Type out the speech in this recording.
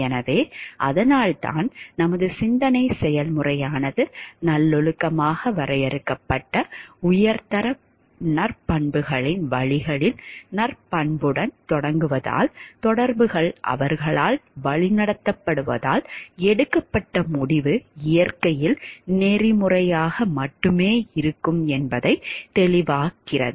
எனவே அதனால்தான் நமது சிந்தனை செயல்முறையானது நல்லொழுக்கமாக வரையறுக்கப்பட்ட உயர்தர நற்பண்புகளின் வழிகளில் நற்பண்புடன் தொடங்குவதால் தொடர்புகள் அவர்களால் வழிநடத்தப்படுவதால் எடுக்கப்பட்ட முடிவு இயற்கையில் நெறிமுறையாக மட்டுமே இருக்கும் என்பது தெளிவாகிறது